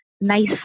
nice